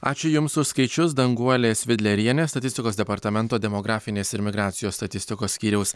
ačiū jums už skaičius danguolė svidlerienė statistikos departamento demografinės ir migracijos statistikos skyriaus